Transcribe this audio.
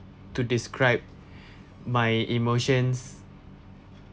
to describe my emotions